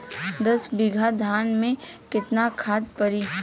दस बिघा धान मे केतना खाद परी?